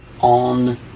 on